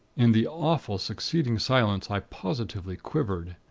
in the awful succeeding silence, i positively quivered.